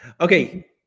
Okay